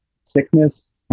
sickness